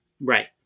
Right